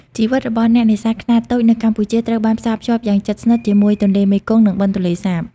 ជីវិតរបស់អ្នកនេសាទខ្នាតតូចនៅកម្ពុជាត្រូវបានផ្សារភ្ជាប់យ៉ាងជិតស្និទ្ធជាមួយ ទន្លេមេគង្គ និង បឹងទន្លេសាប។